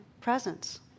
presence